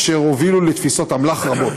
אשר הובילו לתפיסות אמל"ח רבות.